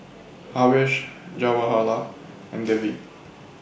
Haresh Jawaharlal and Devi